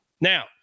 Now